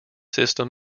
system